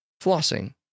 flossing